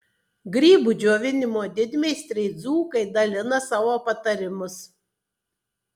grybų džiovinimo didmeistriai dzūkai dalina savo patarimus